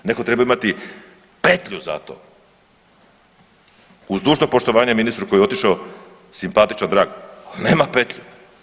Netko treba imati petlju za to, uz dužno poštovanje ministru koji je otišao simpatičan, drag, ali nema petlju.